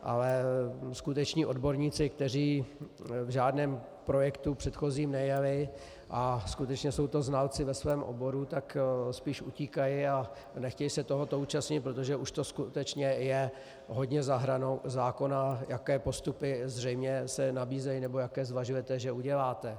Ale skuteční odborníci, kteří v žádném předchozím projektu nejeli a skutečně jsou to znalci ve svém oboru, tak spíš utíkají a nechtějí se tohoto účastnit, protože už to skutečně je hodně za hranou zákona, jaké postupy zřejmě se nabízejí nebo jaké zvažujete, že uděláte.